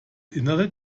innere